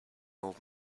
old